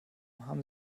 haben